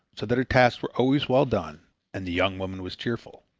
so that her tasks were always well done and the young woman was cheerful.